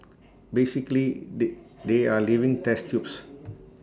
basically they they are living test tubes